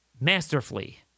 masterfully